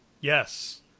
Yes